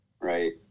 Right